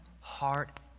heart